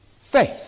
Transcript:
faith